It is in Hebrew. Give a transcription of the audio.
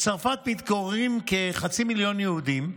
בצרפת מתגוררים כחצי מיליון יהודים.